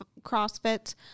CrossFit